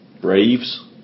Braves